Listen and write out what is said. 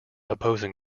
opposing